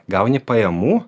gauni pajamų